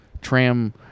Tram